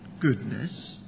goodness